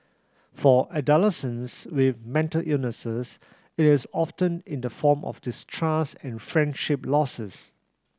for adolescents with mental illness it is often in the form of distrust and friendship losses